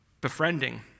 befriending